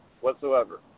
Whatsoever